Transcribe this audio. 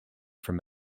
from